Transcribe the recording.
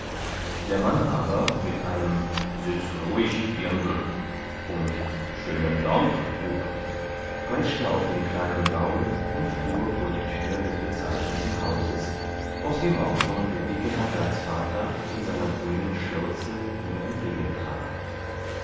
der mann aber mit einem sitz ruhig diendl und schönen dank bub peitschte auf den kleinen gaul und fuhr vor die tür des bezeichneten hauses aus dem auch schon der dicke herbergsvater in seiner grünen schürze ihm